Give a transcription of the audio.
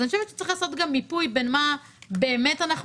אני חושבת שצריך לעשות מיפוי בין מה באמת אנחנו